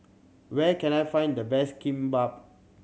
where can I find the best Kimbap